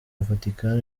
vatican